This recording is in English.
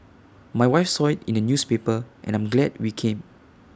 my wife saw IT in the newspaper and I'm glad we came